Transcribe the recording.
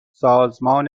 سازمان